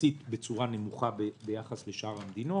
יחסית בצורה נמוכה ביחס לשאר המדינות.